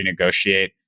renegotiate